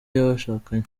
y’abashakanye